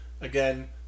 again